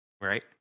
Right